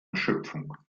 erschöpfung